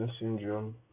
syndrome